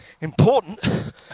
important